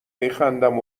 میخندم